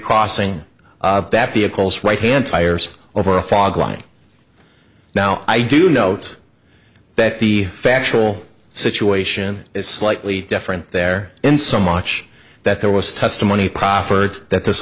crossing of that vehicles right hand tires over a fog line now i do note that the factual situation is slightly different there in so much that there was testimony proffered that this